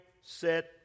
set